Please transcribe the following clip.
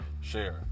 share